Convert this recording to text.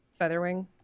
Featherwing